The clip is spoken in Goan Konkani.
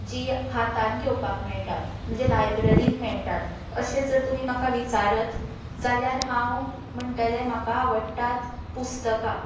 जीं हातांत घेवपाक मेळटात म्हणजे लायब्ररीन मेळटात अशें जर तुमी म्हाका विचारत जाल्यार हांव म्हणटलें म्हाका आवडटात पुस्तकां